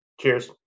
Cheers